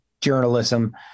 journalism